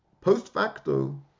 post-facto